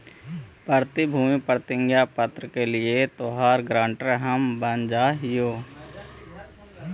प्रतिभूति प्रतिज्ञा पत्र के लिए तोहार गारंटर हम बन जा हियो